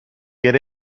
get